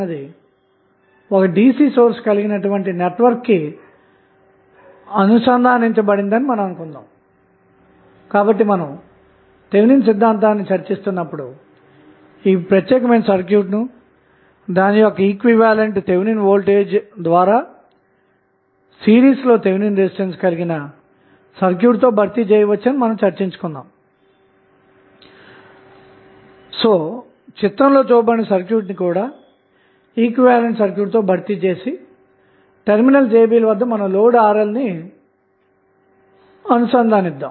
అంటే RTh విలువను కనుక్కోవటం కోసం మనం ఇందాక షార్ట్ సర్క్యూట్ చేసిన వోల్టేజ్ సోర్స్ ని మళ్ళి సర్క్యూట్ లో తీసుకొన్నాము అన్న మాట